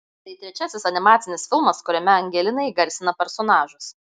tai trečiasis animacinis filmas kuriame angelina įgarsina personažus